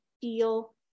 feel